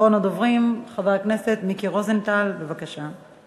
אחרון הדוברים, חבר הכנסת מיקי רוזנטל, בבקשה.